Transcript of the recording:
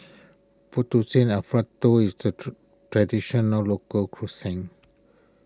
Fettuccine Alfredo is to Traditional Local Cuisine